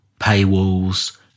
Paywalls